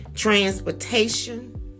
Transportation